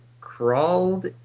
crawled